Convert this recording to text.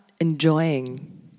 enjoying